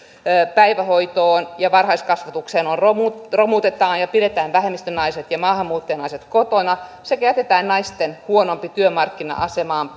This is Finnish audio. päivähoitoon ja varhaiskasvatukseen romutetaan romutetaan ja pidetään vähemmistönaiset ja maahanmuuttajanaiset kotona sekä jätetään puuttumatta naisten huonompaan työmarkkina asemaan